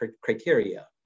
criteria